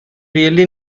really